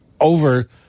over